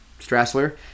Strassler